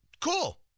cool